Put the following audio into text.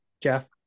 Jeff